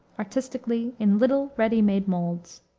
artistically, in little, ready-made molds.